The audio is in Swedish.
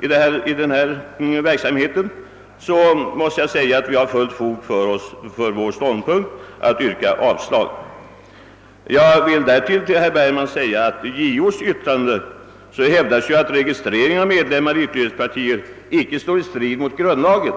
i verksamheten, så måste jag säga att vi har fullt fog för vår ståndpunkt att yrka avslag på framställningen om detta anslag. — Jag vill därtill nämna för herr Bergman att i JO:s yttrande över utlåtandet från parlamentariska nämnden i Wennerströmaffären hävdas att registrering av medlemmar i ytterlighetspartier icke står i strid mot grundlagen.